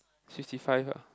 fifty five ah